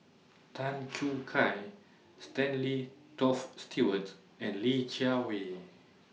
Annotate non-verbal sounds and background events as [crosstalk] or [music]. Tan [noise] Choo Kai Stanley Toft Stewart and Li Jiawei